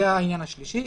זה העניין השלישי.